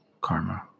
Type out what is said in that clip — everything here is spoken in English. karma